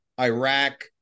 Iraq